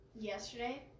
yesterday